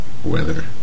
weather